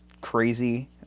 crazy